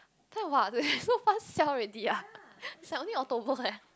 then what leh so fast sell already ah it's like only October leh